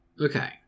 Okay